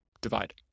divide